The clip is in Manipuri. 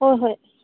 ꯍꯣꯏ ꯍꯣꯏ